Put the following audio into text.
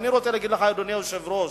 אדוני היושב-ראש,